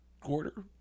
quarter